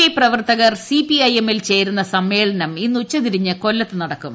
P പ്രവർത്തകർ C P I M ൽ ചേരുന്ന സമ്മേളനം ഇന്ന് ഉച്ച തിരിഞ്ഞ് കൊല്ലത്ത് നടക്കും